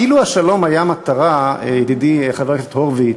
אילו השלום היה מטרה, ידידי חבר הכנסת הורוביץ,